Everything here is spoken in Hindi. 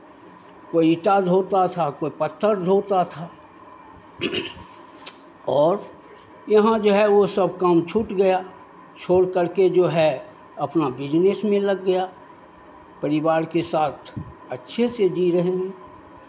कोई ईंटा ढोता था कोई पत्थर ढोता था और यहाँ जो है वो सब काम छूट गया छोड़कर के जो है अपना बिज़नेस में लग गया परिवार के साथ अच्छे से जी रहे हैं